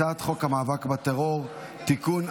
הצעת חוק המאבק בטרור (תיקון,